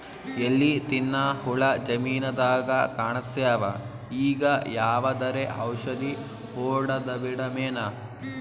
ಎಲಿ ತಿನ್ನ ಹುಳ ಜಮೀನದಾಗ ಕಾಣಸ್ಯಾವ, ಈಗ ಯಾವದರೆ ಔಷಧಿ ಹೋಡದಬಿಡಮೇನ?